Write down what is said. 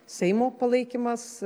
seimo palaikymas